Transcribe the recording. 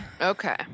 okay